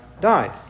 died